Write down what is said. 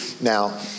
now